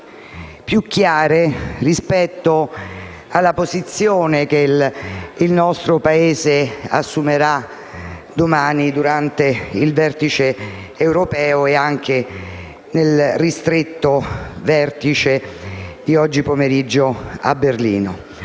più chiare rispetto alla posizione che il nostro Paese assumerà domani, durante il vertice europeo e anche nel ristretto vertice di oggi pomeriggio a Berlino,